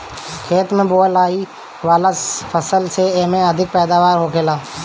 खेत में बोअल आए वाला फसल से एमे अधिक पैदावार होखेला